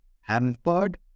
hampered